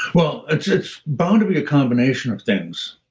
well, it's it's bound to be a combination of things.